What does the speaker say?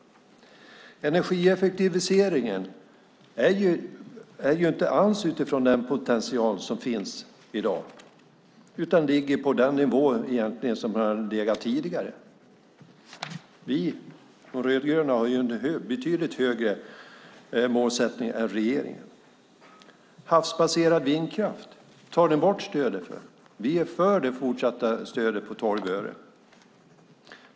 Energieffektiviseringen sker inte alls utifrån den potential som finns i dag utan ligger egentligen på den nivå där den har legat tidigare. Vi rödgröna har en betydligt högre målsättning än regeringen. Havsbaserad vindkraft tar ni bort stödet för. Vi är för det fortsatta stödet på 12 öre.